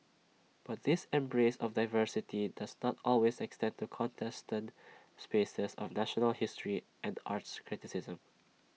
but this embrace of diversity does not always extend to contested spaces of national history and arts criticism